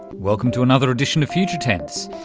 welcome to another edition of future tense.